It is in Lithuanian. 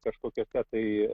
kažkokia ta tai